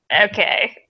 Okay